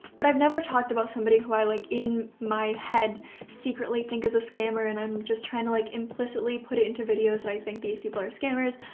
but i've never talked about somebody who i like in my head secretly think is a scammer and i'm just trying to like implicitly put it into videos that i think these people are scammers.